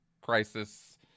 crisis